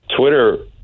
Twitter